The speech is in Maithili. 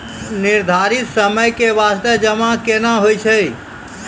निर्धारित समय के बास्ते जमा केना होय छै?